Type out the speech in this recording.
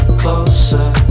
closer